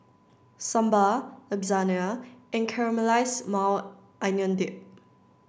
Sambar Lasagna and Caramelized Maui Onion Dip